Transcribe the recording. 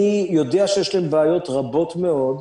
אני יודע שיש להם בעיות רבות מאוד,